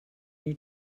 new